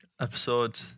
Episode